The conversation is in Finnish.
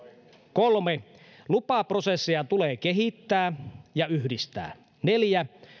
kolme lupaprosesseja tulee kehittää ja yhdistää neljännelle